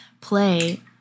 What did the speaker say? play